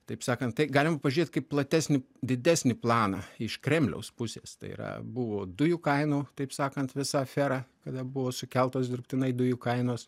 taip sakant tai galim pažiūrėt kaip platesnį didesnį planą iš kremliaus pusės tai yra buvo dujų kainų taip sakant visa afera kada buvo sukeltos dirbtinai dujų kainos